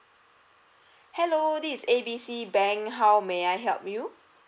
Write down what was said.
hello this is A B C bank how may I help you